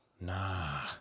Nah